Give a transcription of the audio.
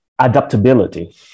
Adaptability